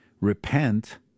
repent